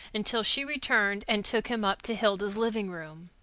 until she returned and took him up to hilda's living-room.